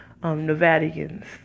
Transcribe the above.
Nevadians